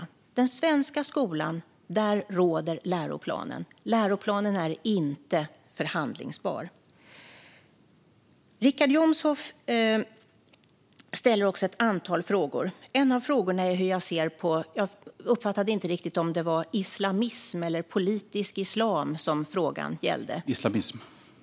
I den svenska skolan råder läroplanen, som inte är förhandlingsbar. Richard Jomshof ställer också ett antal frågor. En av frågorna är hur jag ser på - jag uppfattade inte riktigt om det var islamism eller politisk islam som frågan gällde. : Islamism.)